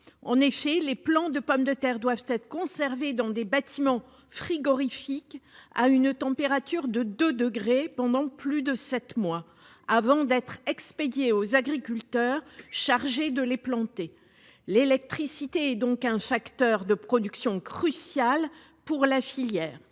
En effet, les plants de pommes de terre doivent être conservés dans des bâtiments frigorifiques à une température de 2 degrés, pendant plus de sept mois, avant d'être expédiés aux agriculteurs chargés de les planter. L'électricité est donc un facteur de production crucial pour la filière.